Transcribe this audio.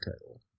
title